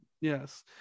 yes